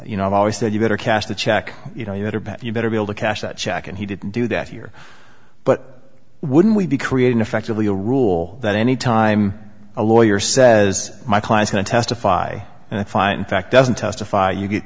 you know i've always said you better cash the check you know you better bet you better be able to cash that check and he didn't do that here but wouldn't we be creating effectively a rule that any time a lawyer says my clients don't testify and i fight in fact doesn't testify you get